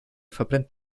verbrennt